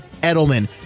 Edelman